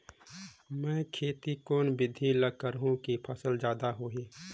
मै खेती कोन बिधी ल करहु कि फसल जादा होही